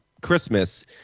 Christmas